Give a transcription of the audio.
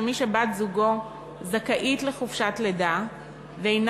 שמי שבת-זוגו זכאית לחופשת לידה ואינה